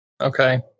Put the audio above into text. Okay